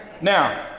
Now